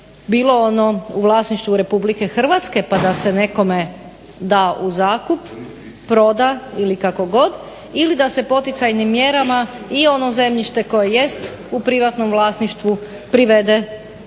bilo ono u vlasništvu RH pa da se nekome da u zakup, proda ili kako god. Ili da se poticajnim mjerama i ono zemljište koje jest u privatnom vlasništvu privede